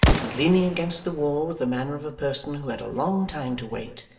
and leaning against the wall with the manner of a person who had a long time to wait,